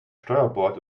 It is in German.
steuerbord